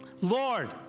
Lord